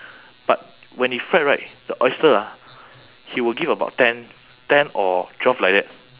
but when he fry right the oyster ah he will give about ten ten or twelve like that